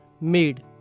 made